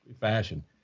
fashion